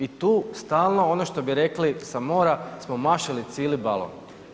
I tu stalno ono što bi rekli sa mora, smo mašili cili balon.